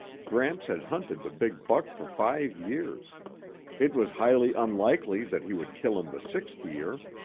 gramps had hunted the big buck for five years it was highly unlikely that he would kill him the sixth year.